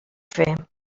fer